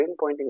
pinpointing